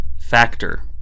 factor